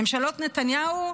ממשלות נתניהו,